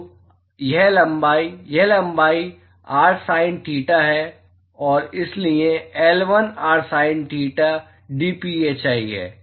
तो यह लंबाई यह लंबाई r sin थीटा है और इसलिए L1 r sin theta d phi है